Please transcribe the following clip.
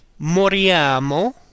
moriamo